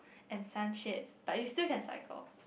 and sunshades but you still can cycle